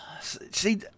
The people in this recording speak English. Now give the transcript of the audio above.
See